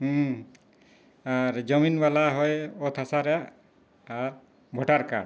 ᱦᱮᱸ ᱟᱨ ᱡᱚᱢᱤᱱ ᱵᱟᱞᱟ ᱦᱳᱭ ᱚᱛ ᱦᱟᱥᱟ ᱨᱮᱱᱟᱜ ᱟᱨ ᱵᱷᱳᱴᱟᱨ ᱠᱟᱨᱰ